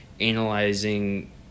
analyzing